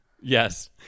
Yes